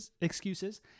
excuses